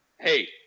hey